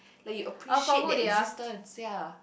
like you appreciate their existence ya